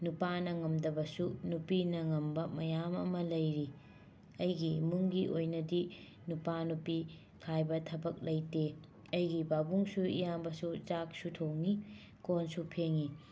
ꯅꯨꯄꯥꯅ ꯉꯝꯗꯕꯁꯨ ꯅꯨꯄꯤꯅ ꯉꯝꯕ ꯃꯌꯥꯝ ꯑꯃ ꯂꯩꯔꯤ ꯑꯩꯒꯤ ꯏꯃꯨꯡꯒꯤ ꯑꯣꯏꯅꯗꯤ ꯅꯨꯄꯥ ꯅꯨꯄꯤ ꯈꯥꯏꯕ ꯊꯕꯛ ꯂꯩꯇꯦ ꯑꯩꯒꯤ ꯄꯥꯕꯨꯡꯁꯨ ꯏꯌꯥꯝꯕꯁꯨ ꯆꯥꯛꯁꯨ ꯊꯣꯡꯏ ꯀꯣꯟꯁꯨ ꯐꯦꯡꯏ